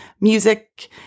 music